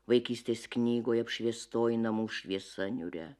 vaikystės knygoje apšviestoj namų šviesa niūria